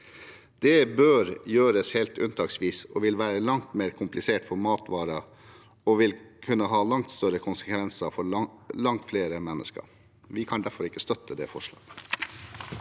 Det bør gjøres helt unntaksvis. Det vil være langt mer komplisert for matvarer og vil kunne ha langt større konsekvenser for langt flere mennesker. Vi kan derfor ikke støtte det forslaget.